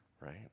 right